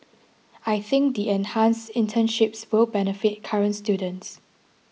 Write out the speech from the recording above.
I think the enhanced internships will benefit current students